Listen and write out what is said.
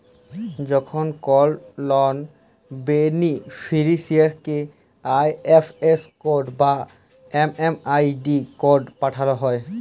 যখন কল লন বেনিফিসিরইকে আই.এফ.এস কড বা এম.এম.আই.ডি কড পাঠাল হ্যয়